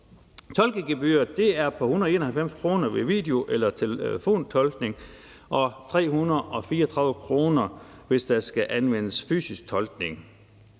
Tolkegebyret er på 191 kr. ved video- eller telefontolkning, og det er på 334 kr., hvis der skal anvendes fysisk tolkning.